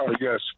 yes